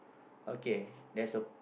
okay there's a